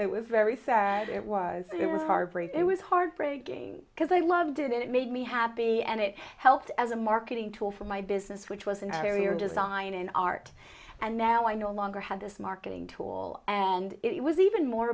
it was very sad it was it was heartbreaking it was heartbreaking because i loved it it made me happy and it helped as a marketing tool for my business which was an area design an art and now i no longer had this marketing tool and it was even more